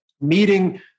meeting